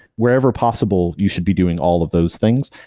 wherever possible, you should be doing all of those things.